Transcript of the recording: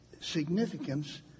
significance